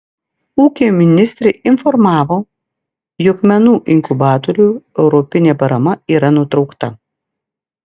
ūkio ministrė informavo jog menų inkubatoriui europinė parama yra nutraukta